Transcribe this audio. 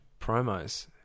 promos